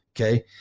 okay